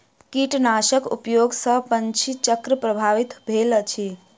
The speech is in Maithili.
कीटनाशक उपयोग सॅ पंछी चक्र प्रभावित भेल अछि